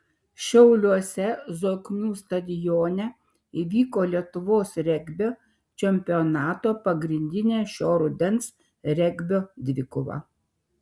šiauliuose zoknių stadione įvyko lietuvos regbio čempionato pagrindinė šio rudens regbio dvikova